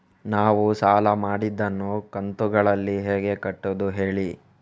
ನಾವು ಸಾಲ ಮಾಡಿದನ್ನು ಕಂತುಗಳಲ್ಲಿ ಹೇಗೆ ಕಟ್ಟುದು ಹೇಳಿ